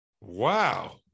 Wow